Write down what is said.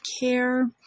care